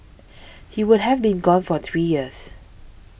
he would have been gone for three years